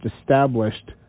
established